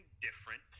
different